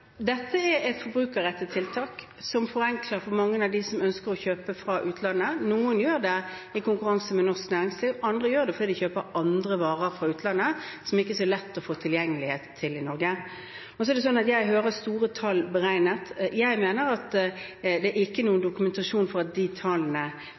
Dette er et forbrukerrettet tiltak, som gjør det enklere for mange av dem som ønsker å kjøpe fra utlandet. Noen gjør det i konkurranse med norsk næringsliv, andre gjør det fordi de kjøper varer fra utlandet som ikke er så lett tilgjengelige i Norge. Jeg hører at det er store tall som er beregnet. Jeg mener at det ikke er noen